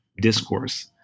discourse